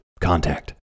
contact